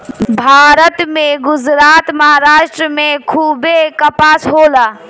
भारत में गुजरात, महाराष्ट्र में खूबे कपास होला